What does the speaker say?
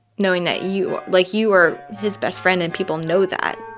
knowing that you, like you are his best friend, and people know that